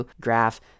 graph